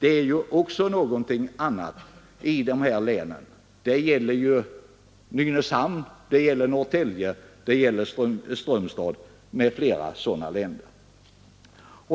Talar man om länen, gäller det ju också Nynäshamn, Norrtälje, Strömstad m.fl. orter.